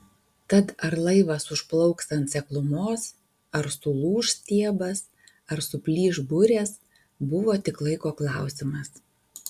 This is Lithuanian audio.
tad ar laivas užplauks ant seklumos ar sulūš stiebas ar suplyš burės buvo tik laiko klausimas